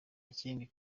ikindi